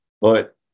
but-